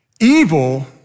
Evil